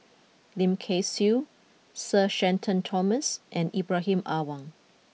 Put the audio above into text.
Lim Kay Siu Sir Shenton Thomas and Ibrahim Awang